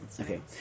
Okay